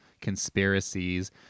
conspiracies